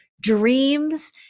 dreams